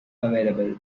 available